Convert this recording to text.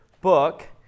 book